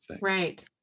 Right